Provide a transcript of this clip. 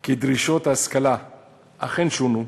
כי דרישות ההשכלה אכן שונו,